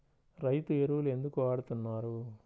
రైతు ఎరువులు ఎందుకు వాడుతున్నారు?